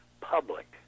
public